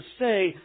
say